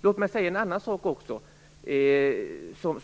Jag vill också ta upp en annan sak